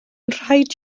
rhaid